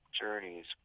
journeys